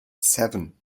seven